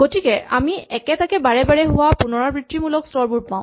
গতিকে আমি একেটাকে বাৰে বাৰে হোৱা পুণৰাবৃত্তিমূলক স্তৰবোৰ পাওঁ